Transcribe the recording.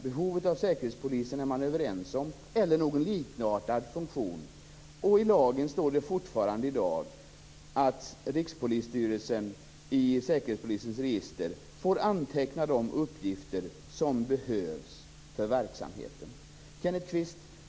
Man är överens om behovet av en säkerhetspolis eller någon likartad funktion. I dag står det fortfarande i lagen att Rikspolisstyrelsen i Säkerhetspolisens register får anteckna de uppgifter som behövs för verksamheten.